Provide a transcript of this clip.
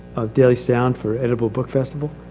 of daily sound for edible book festival,